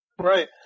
Right